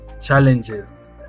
challenges